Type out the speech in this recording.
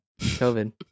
COVID